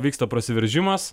vyksta prasiveržimas